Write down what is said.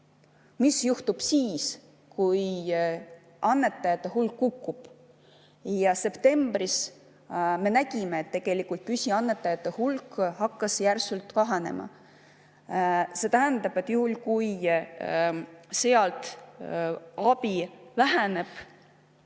Mis juhtub aga siis, kui annetajate hulk kukub? Septembris me nägime, et püsiannetajate hulk hakkas järsult kahanema. See tähendab, et juhul kui sealne abi väheneb,